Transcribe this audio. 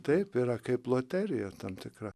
taip yra kaip loterija tam tikra